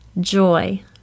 joy